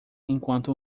enquanto